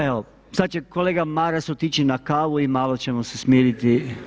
Evo, sada će kolega Maras otići na kavu i malo ćemo se smiriti.